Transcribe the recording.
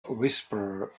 whisperer